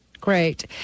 Great